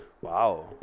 Wow